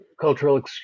cultural